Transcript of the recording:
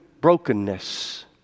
brokenness